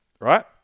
right